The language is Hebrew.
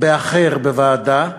באחר בוועדה,